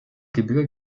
gebirge